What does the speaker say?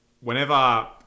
whenever